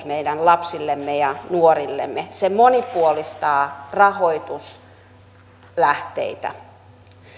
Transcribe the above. meidän lapsillemme ja nuorillemme se monipuolistaa rahoituslähteitä